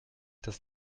das